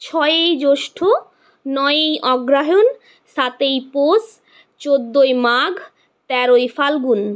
ছয়ই জৈষ্ঠ নয়ই অগ্রহায়ণ সাতই পৌষ চৌদ্দোই মাঘ তেরোই ফাল্গুন